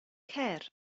cer